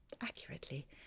accurately